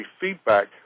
feedback